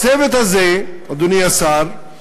הצוות הזה, אדוני השר,